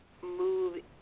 move